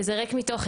וזה ריק מתוכן,